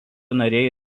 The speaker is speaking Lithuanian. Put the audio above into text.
nariai